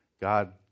God